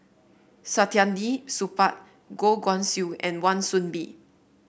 Saktiandi Supaat Goh Guan Siew and Wan Soon Bee